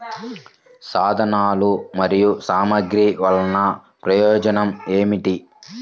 సాధనాలు మరియు సామగ్రి వల్లన ప్రయోజనం ఏమిటీ?